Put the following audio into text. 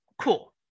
Cool